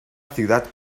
ciudad